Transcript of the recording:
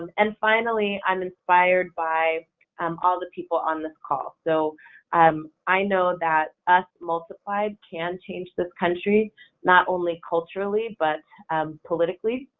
and and finally, i'm inspired by um all the people on this call. so um i know that us multiplied can change this country, not only culturally but politically,